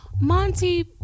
Monty